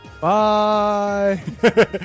Bye